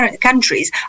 countries